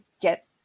get